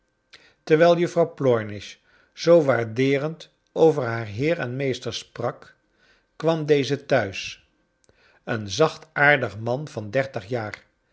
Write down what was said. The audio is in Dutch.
terwijl juf frouw plornish zoo waardeerend over haar heer en meester sprak kwam deze thuis een zachtaardig man van dertig jaar